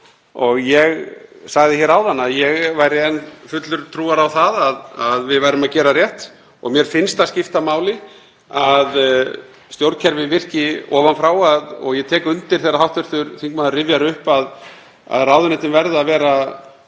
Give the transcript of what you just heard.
Ég sagði áðan að ég væri enn fullur trúar á það að við værum að gera rétt og mér finnst það skipta máli að stjórnkerfið virki ofan frá. Ég tek undir þegar hv. þingmaður rifjar upp að ráðuneytin verða að vera